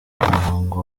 umuhango